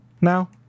now